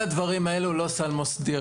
רגע, כל הדברים האלו הם לא סל מוסדי.